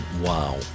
wow